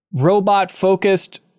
robot-focused